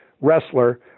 wrestler